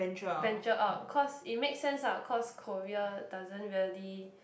venture out cause it makes sense ah cause Korea doesn't really